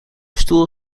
stoel